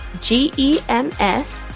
G-E-M-S